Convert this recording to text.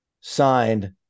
signed